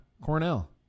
Cornell